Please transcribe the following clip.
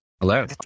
Hello